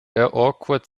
awkward